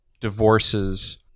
divorces